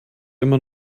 immer